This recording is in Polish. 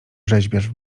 rzeźbiarz